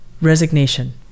resignation